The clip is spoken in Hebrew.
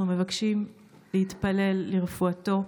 אנחנו מבקשים להתפלל לרפואתו.